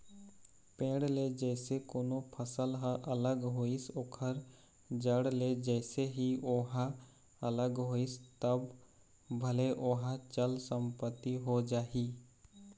पेड़ ले जइसे कोनो फसल ह अलग होइस ओखर जड़ ले जइसे ही ओहा अलग होइस तब भले ओहा चल संपत्ति हो जाही